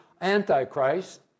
Antichrist